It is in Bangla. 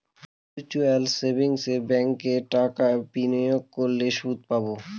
মিউচুয়াল সেভিংস ব্যাঙ্কে টাকা বিনিয়োগ করলে সুদ পাবে